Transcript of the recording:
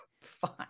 fine